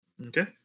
Okay